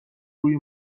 روی